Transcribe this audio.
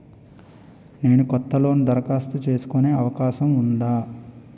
నేను కొత్త లోన్ దరఖాస్తు చేసుకునే అవకాశం ఉందా?